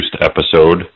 episode